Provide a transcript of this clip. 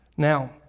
Now